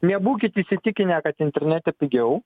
nebūkit įsitikinę kad internete pigiau